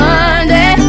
Monday